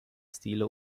stile